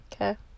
Okay